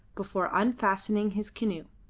before unfastening his canoe.